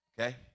Okay